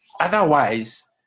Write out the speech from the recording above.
Otherwise